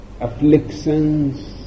afflictions